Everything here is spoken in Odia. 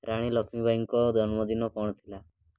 ରାଣୀ ଲକ୍ଷ୍ମୀବାଇଙ୍କ ଜନ୍ମଦିନ କ'ଣ ଥିଲା